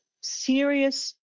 serious